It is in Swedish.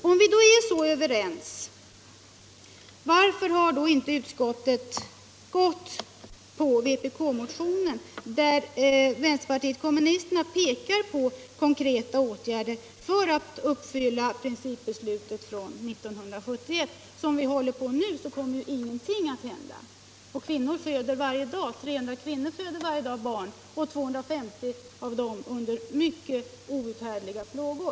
Om vi är så överens, varför har då inte utskottet gått på vpk-motionens linje? Där pekar vänsterpartiet kommunisterna på konkreta åtgärder för att uppfylla principbeslutet från 1971. Som vi håller på nu kommer ingenting att hända. Ungefär 300 kvinnor föder varje dag barn — 250 av dem under outhärdliga plågor.